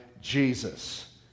Jesus